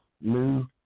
new